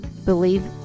Believe